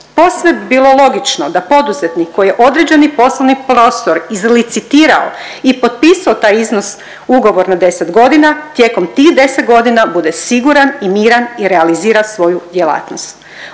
Posve bi bilo logično da poduzetnik koji je određeni poslovni prostor izlicitirao i potpisao taj iznos ugovor na 10 godina tijekom tih 10 godina bude siguran i miran i realizira svoju djelatnost.